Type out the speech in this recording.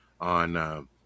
on